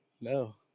No